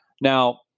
Now